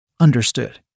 Understood